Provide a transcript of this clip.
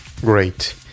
great